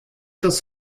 das